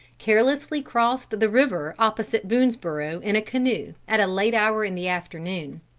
carelessly crossed the river opposite boonesborough in a canoe, at a late hour in the afternoon.